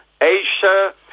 Asia